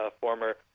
former